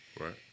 right